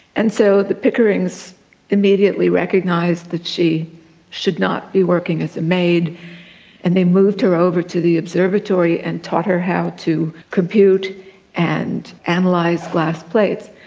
and so the pickerings immediately recognised that she should not be working as a maid and they moved her over to the observatory and taught her how to compute and analyse like glass plates.